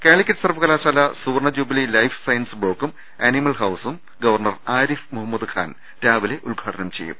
കാലിക്കറ്റ് സർവ്വകലാശാല സുവർണ്ണജൂബിലി life science ബ്ലോക്കും അനിമൽ ഹൌസും ഗവർണർ ആരിഫ് മുഹമ്മദ് ഖാൻ രാവിലെ ഉദ്ഘാടനം ചെയ്യും